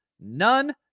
None